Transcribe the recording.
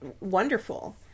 wonderful